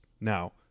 Now